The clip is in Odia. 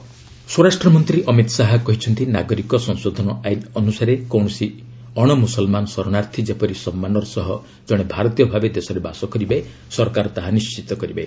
ଅମିତ ଶାହା ସିଟିଜେନ୍ସିପ୍ ସ୍ୱରାଷ୍ଟ୍ର ମନ୍ତ୍ରୀ ଅମିତ ଶାହା କହିଛନ୍ତି ନାଗରିକ ସଂଶୋଧନ ଆଇନ୍ ଅନୁସାରେ କୌଣସି ଅଣମୁସଲମାନ ଶରଣାର୍ଥୀ ଯେପରି ସମ୍ମାନର ସହ ଜଣେ ଭାରତୀୟ ଭାବେ ଦେଶରେ ବାସ କରିବେ ସରକାର ତାହା ନିଣ୍ଢିତ କରିବେ